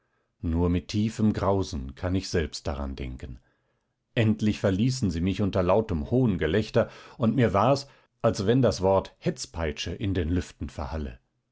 nur mit tiefem grausen kann ich selbst daran denken endlich verließen sie mich unter lautem hohngelächter und mir war's als wenn das wort hetzpeitsche in den lüften verhalle